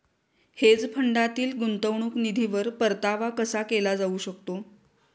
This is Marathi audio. हेज फंडातील गुंतवणूक निधीवर परतावा कसा केला जाऊ शकतो?